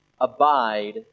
Abide